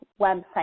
website